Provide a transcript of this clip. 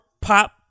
pop